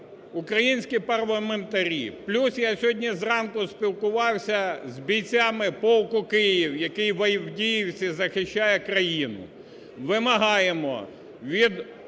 українські парламентарі, плюс я сьогодні зранку спілкувався з бійцями полку "Київ", який в Авдіївці захищає країну, вимагаємо від